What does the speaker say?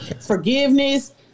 forgiveness